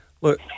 look